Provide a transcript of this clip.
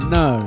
no